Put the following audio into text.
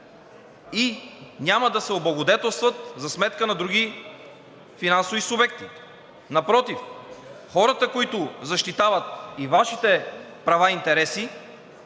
и няма да се облагодетелстват за сметка на други финансови субекти. Напротив, хората, които защитават и Вашите права и интереси,